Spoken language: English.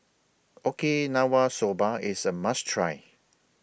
Okinawa Soba IS A must Try